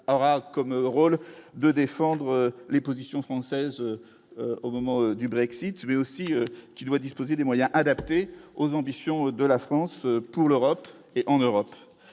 aura comme rôle de défendre les positions françaises au moment du Brexit mais aussi qui doit disposer des moyens adaptés aux ambitions de la France pour l'Europe, et en Europe,